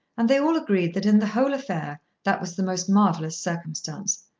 and they all agreed that in the whole affair that was the most marvellous circumstance.